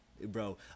Bro